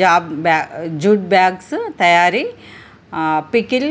job ba jute bags తయారీ pickle